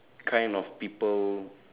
kind of people